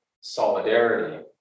solidarity